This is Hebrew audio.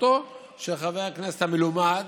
בקשתו של חבר הכנסת המלומד,